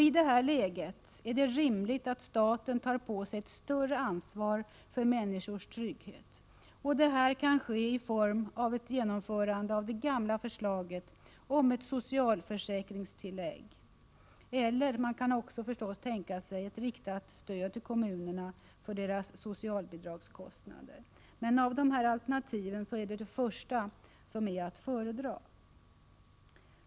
I detta läge är det rimligt att staten tar på sig ett större ansvar för människors trygghet. Det kan ske i form av ett genomförande av det gamla förslaget om ett socialförsäkringstillägg, men man kan förstås också tänka sig ett riktat stöd till kommunerna för deras socialbidragskostnader. Av dessa båda alternativ är det första att föredra.